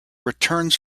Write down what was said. returns